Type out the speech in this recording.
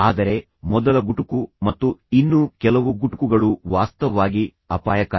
ಆದರೆ ಮೊದಲ ಗುಟುಕು ಮತ್ತು ಇನ್ನೂ ಕೆಲವು ಗುಟುಕುಗಳು ವಾಸ್ತವವಾಗಿ ಅಪಾಯಕಾರಿ